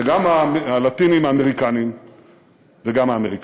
וגם הלטינים-האמריקנים וגם האמריקנים.